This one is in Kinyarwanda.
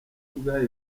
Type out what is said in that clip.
ubwayo